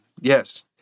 Yes